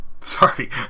Sorry